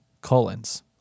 Collins